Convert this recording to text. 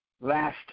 last